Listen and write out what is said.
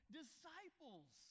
disciples